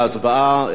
אנחנו עוברים להצבעה.